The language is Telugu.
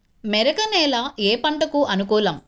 మెరక నేల ఏ పంటకు అనుకూలం?